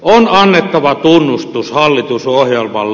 on annettava tunnustus hallitusohjelmalle